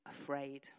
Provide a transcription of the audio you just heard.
afraid